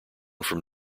from